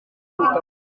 rwanda